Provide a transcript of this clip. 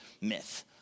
myth